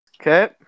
Okay